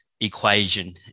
equation